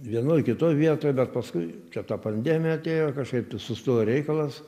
vienoj kitoj vietoj bet paskui čia ta pandemija atėjo kažkaip tai sustojo reikalas